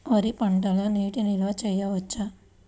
వరి పంటలో నీటి నిల్వ చేయవచ్చా?